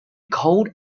cold